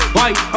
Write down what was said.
White